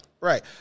Right